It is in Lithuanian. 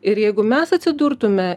ir jeigu mes atsidurtume